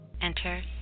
Enter